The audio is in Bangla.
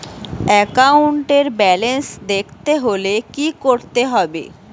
একাউন্টের ব্যালান্স দেখতে হলে কি করতে হবে?